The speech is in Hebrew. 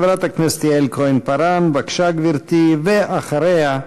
חברת הכנסת יעל כהן-פארן, בבקשה, גברתי, ואחריה,